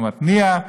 מתניע,